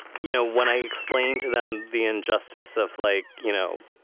you know when i explained to them the injustice of like you know.